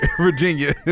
Virginia